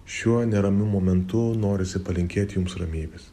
šiuo neramiu momentu norisi palinkėti jums ramybės